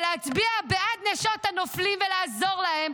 ולהצביע בעד נשות הנופלים ולעזור להן,